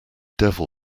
devil